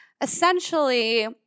essentially